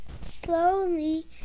Slowly